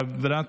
חברת